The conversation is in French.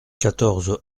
quatorze